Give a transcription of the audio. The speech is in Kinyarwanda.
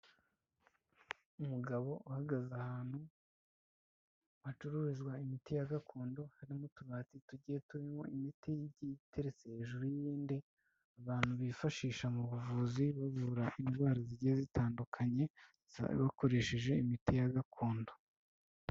Umugabo uhagaze ahantu hacururizwa imiti ya gakondo, harimo utubati tugiye turimo imiti igiye iteretse hejuru y'iyindi, abantu bifashisha mu buvuzi bavura indwara zigiye zitandukanye bakoresheje imiti ya gakondo.